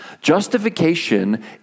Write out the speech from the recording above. Justification